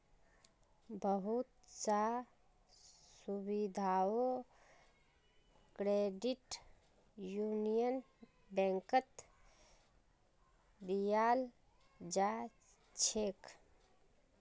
बहुत स सुविधाओ क्रेडिट यूनियन बैंकत दीयाल जा छेक